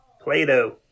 Play-Doh